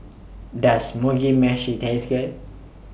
Does Mugi Meshi Taste Good